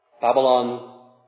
Babylon